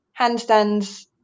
handstands